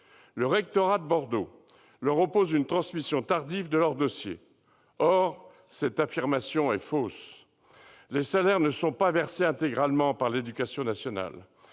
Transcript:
Le rectorat de Bordeaux invoque une transmission tardive de leur dossier, ce qui est faux ! Les salaires ne sont pas versés intégralement par l'éducation nationale.